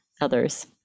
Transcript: others